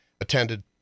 attended